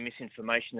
misinformation